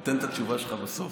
אני אתן את התשובה שלך בסוף.